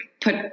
put